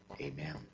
Amen